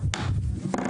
הישיבה ננעלה בשעה 12:10.